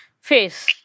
face